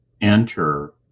enter